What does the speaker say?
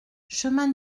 chemin